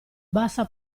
bassa